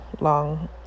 long